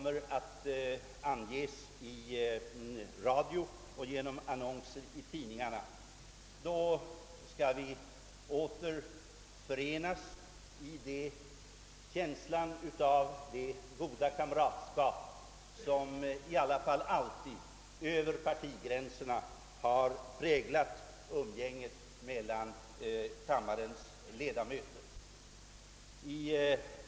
11.00, skall återförenas i känslan av det goda kamratskap över partigränserna, som ändock alltid har präglat umgänget mellan kammarens ledamöter.